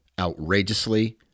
outrageously